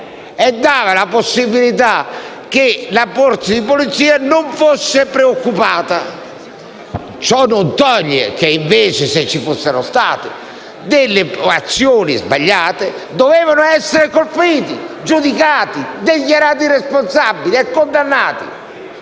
e dava la possibilità che la forza di polizia non fosse preoccupata. Ciò non toglie che, invece, se ci fossero state delle azioni sbagliate, queste avrebbero dovuto essere colpite, giudicate, individuati i responsabili e condannati.